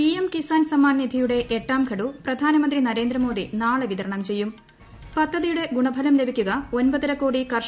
PM Kisan Samman നിധിയുടെ എട്ടാം ഗഡു പ്രധാനമന്ത്രി നരേന്ദ്രമോദി നാളെ വിതരണം ചെയ്യും പദ്ധതിയുടെ ഗുണഫലം ലഭിക്കുക ഒമ്പതര കോടി കർഷക കുടുംബങ്ങൾക്ക്